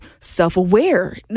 self-aware